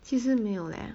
其实没有咧